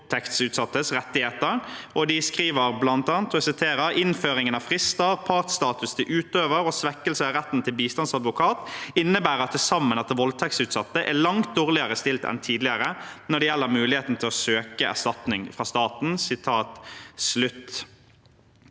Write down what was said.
og de skriver bl.a.: «Innføringen av frister, partstatus til utøver og svekkelse av retten til bistandsadvokat innebærer til sammen at voldtektsutsatte er langt dårligere stilt enn tidligere, når det gjelder muligheten til å søke erstatning fra staten.»